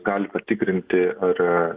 gali patikrinti ar